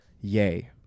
yay